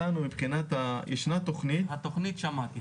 יש תכנית --- על התכנית שמעתי.